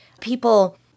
people